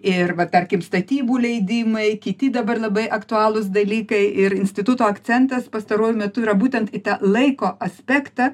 ir va tarkim statybų leidimai kiti dabar labai aktualūs dalykai ir instituto akcentas pastaruoju metu yra būtent į tą laiko aspektą